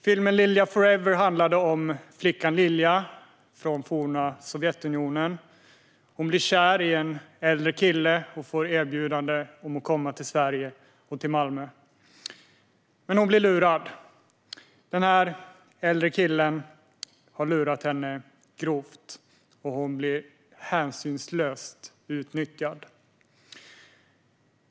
Filmen Lilja 4-ever handlade om flickan Lilja från forna Sovjetunionen. Hon blir kär i en äldre kille och får erbjudande om att komma till Sverige och Malmö. Men den äldre killen har lurat henne grovt, och hon blir hänsynslöst utnyttjad.